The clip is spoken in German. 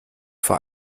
vor